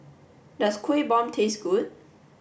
does Kueh Bom taste good